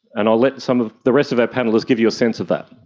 and let some of the rest of our panellists give you a sense of that.